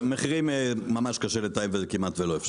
מחירים ממש קשה לתאם וזה כמעט ולא אפשרי.